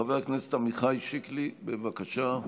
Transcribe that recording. חבר הכנסת עמיחי שיקלי, בבקשה.